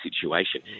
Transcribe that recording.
situation